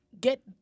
get